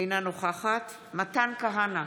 אינה נוכחת מתן כהנא,